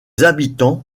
habitants